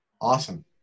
Awesome